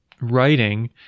writing